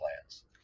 plans